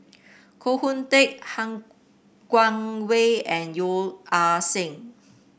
Koh Hoon Teck Han Guangwei and Yeo Ah Seng